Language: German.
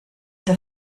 die